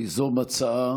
ליזום הצעה